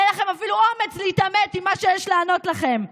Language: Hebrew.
אין לכם אפילו אומץ להתעמת עם מה שיש לענות לכם.